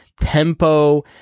tempo